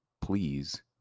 please